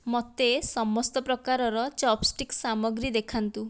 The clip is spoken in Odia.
ମୋତେ ସମସ୍ତ ପ୍ରକାରର ଚପ୍ଷ୍ଟିକ୍ ସାମଗ୍ରୀ ଦେଖାନ୍ତୁ